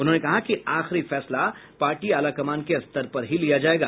उन्होंने कहा कि आखिरी फैसला पार्टी आलाकमान के स्तर पर ही लिया जायेगा